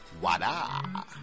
Wada